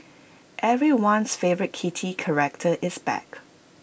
everyone's favourite kitty character is back